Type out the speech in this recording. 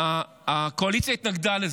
הקואליציה התנגדה לזה,